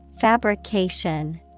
Fabrication